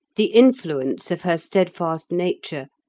the influence of her steadfast nature,